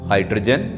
Hydrogen